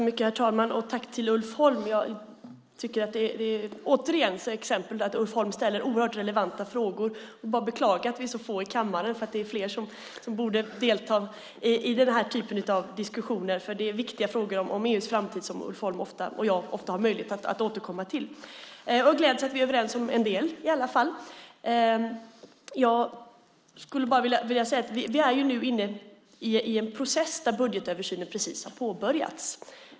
Herr talman! Jag vill tacka Ulf Holm. Återigen ser vi exempel på att Ulf Holm ställer oerhört relevanta frågor. Jag kan bara beklaga att vi är så få i kammaren, för fler borde delta i den här typen av diskussioner. Det är viktiga frågor om EU:s framtid som Ulf Holm och jag ofta har möjlighet att återkomma till. Jag gläds åt att vi är överens om en del i alla fall! Vi är nu inne i en process där budgetöversynen precis har påbörjats.